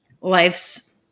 life's